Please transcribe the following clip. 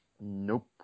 Nope